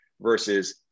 Versus